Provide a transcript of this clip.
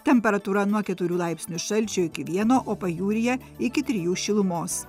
temperatūra nuo keturių laipsnių šalčio iki vieno o pajūryje iki trijų šilumos